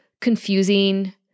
confusing